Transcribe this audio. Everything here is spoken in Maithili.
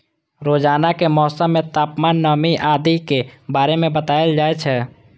रोजानाक मौसम मे तापमान, नमी आदि के बारे मे बताएल जाए छै